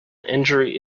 injury